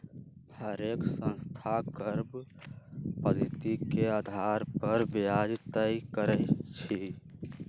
हरेक संस्था कर्व पधति के अधार पर ब्याज तए करई छई